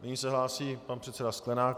Nyní se hlásí pan předseda Sklenák.